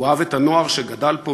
הוא אהב את הנוער שגדל פה,